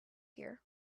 here